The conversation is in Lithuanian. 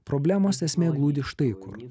problemos esmė glūdi štai kur